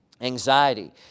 anxiety